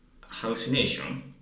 hallucination